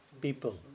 people